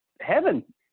heaven